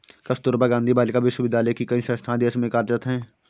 कस्तूरबा गाँधी बालिका विद्यालय की कई संस्थाएं देश में कार्यरत हैं